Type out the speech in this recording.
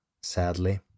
sadly